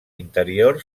interior